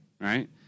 right